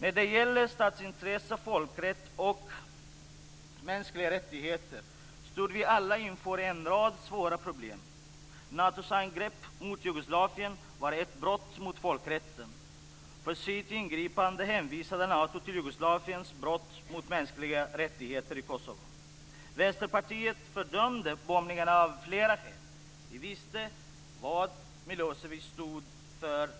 När det gäller statsintressen, folkrätt och mänskliga rättigheter står vi alla inför en rad svåra problem. Natos angrepp mot Jugoslavien var ett brott mot folkrätten. För att förklara sitt ingripande hänvisade Nato till Jugoslaviens brott mot mänskliga rättigheter i Kosovo. Vänsterpartiet fördömde bombningarna av flera skäl. Vi visste vad Milosevic stod för